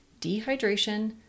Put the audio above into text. dehydration